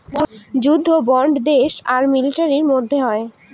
যুদ্ধ বন্ড দেশ আর মিলিটারির মধ্যে হয়